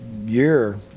year